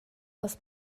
das